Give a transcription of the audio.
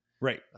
Right